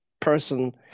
person